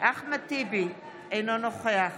אחמד טיבי, אינו נוכח